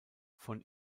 von